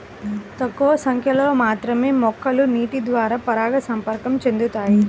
తక్కువ సంఖ్యలో మాత్రమే మొక్కలు నీటిద్వారా పరాగసంపర్కం చెందుతాయి